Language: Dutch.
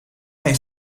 geen